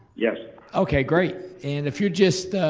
yes. okay great, and if you're just,